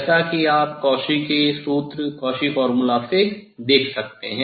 जैसा कि आप कॉची के सूत्र Cauchy's formula से देख सकते हैं